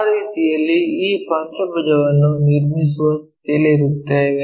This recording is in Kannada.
ಆ ರೀತಿಯಲ್ಲಿ ಈ ಪಂಚಭುಜವನ್ನು ನಿರ್ಮಿಸುವ ಸ್ಥಿತಿಯಲ್ಲಿರುತ್ತೇವೆ